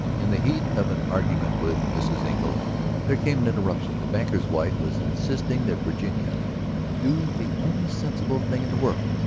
in the heat of an argument with mrs. engle there came an interruption. the banker's wife was insisting that virginia do the only sensible thing in the world,